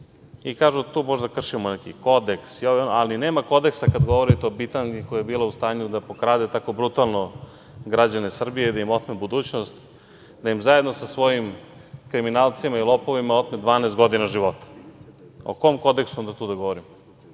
da onda možda kršimo neki kodeks, ali nema kodeksa kada govorite o bitangi koja je bila u stanju da pokrade tako brutalno građane Srbije, da im otme budućnost, da im zajedno sa svojim kriminalcima i lopovima otme 12 godina života.O kom kodeksu onda tu da govorimo?